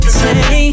say